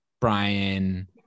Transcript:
Brian